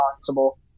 possible